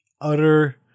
Utter